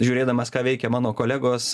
žiūrėdamas ką veikia mano kolegos